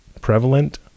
prevalent